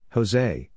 Jose